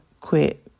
quit